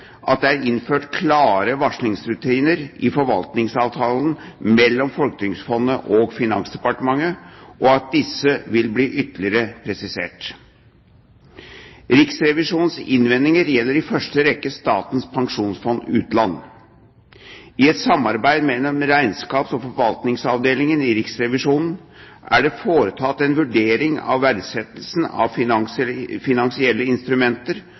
at det er innført klare varslingsrutiner i forvaltningsavtalen mellom Folketrygdfondet og Finansdepartementet, og at disse vil bli ytterligere presisert. Riksrevisjonens innvendinger gjelder i første rekke Statens pensjonsfond – Utland. I et samarbeid mellom regnskaps- og forvaltningsavdelingen i Riksrevisjonen er det foretatt en vurdering av verdsettelsen av finansielle instrumenter